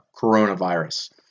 coronavirus